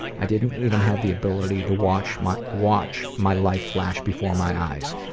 i didn't even have the ability to watch my watch my life flash before my eyes.